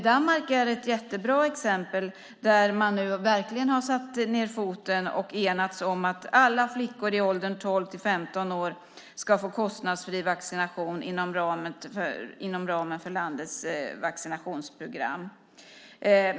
Danmark är ett jättebra exempel. Där har man verkligen satt ned foten och enats om att alla flickor i åldern 12-15 år ska få kostnadsfri vaccination inom ramen för landets vaccinationsprogram.